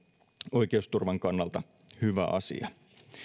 oikeusturvan kannalta hyvä asia